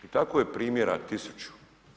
I tako je primjera tisuću.